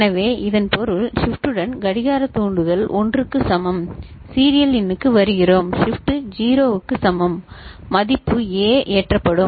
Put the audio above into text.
எனவே இதன் பொருள் ஷிப்டுடன் கடிகார தூண்டுதல் 1 க்கு சமம் சீரியல் இன்க்கு வருகிறோம் ஷிப்ட் 0 க்கு சமம் மதிப்பு A ஏற்றப்படும்